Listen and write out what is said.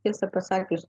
tiesą pasakius